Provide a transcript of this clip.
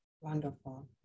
wonderful